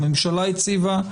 שהממשלה הציבה,